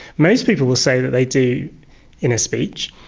most people will say that they do inner speech.